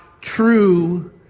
true